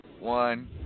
One